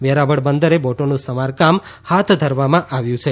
વેરાવળ બંદરે બોટોનું સમારકામ હાથ ધરવામાં આવ્યું છે